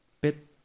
bit